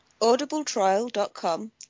audibletrial.com